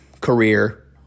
career